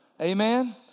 Amen